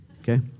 Okay